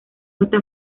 esta